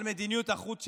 על מדיניות החוץ שלנו,